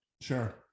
sure